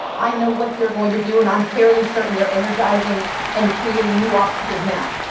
i know what they're going to do, and i'm fairly certain they're energizing and creating new obstacles now.